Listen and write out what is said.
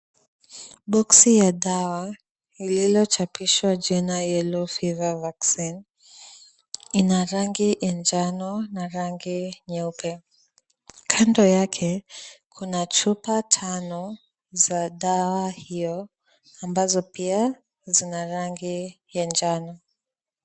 Boksi ya dawa lililochapishwa jina yellow fever vaccine ina rangi ya njano na rangi nyeupe. Kando yake kuna chupa tano za dawa hiyo ambazo pia zina rangi ya njano.